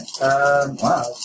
Wow